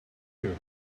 you